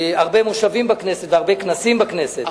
הרבה מושבים בכנסת והרבה כנסים בכנסת.